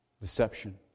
deception